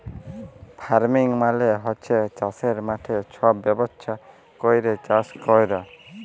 farming মালে হছে চাষের মাঠে ছব ব্যবস্থা ক্যইরে চাষ ক্যরা